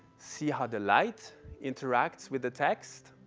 see how the light interacts with the text.